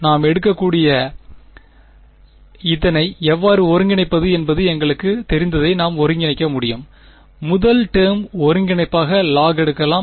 நாம் எடுக்கக்கூடிய இதனை எவ்வாறு ஒருங்கிணைப்பது என்பது எங்களுக்குத் தெரிந்ததை நாம் ஒருங்கிணைக்க முடியும் முதல் டேர்ம் ஒருங்கிணைப்பாக log எடுக்கலாம்